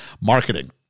marketing